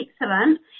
excellent